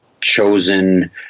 chosen